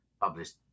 published